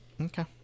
Okay